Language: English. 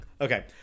Okay